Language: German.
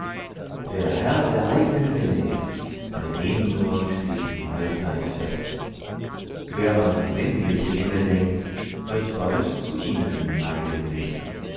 wer herr der eignen sinne ist bei dem nur steht die weisheit fest wer an sinnliche dinge denkt wird bald zu ihnen neigen sich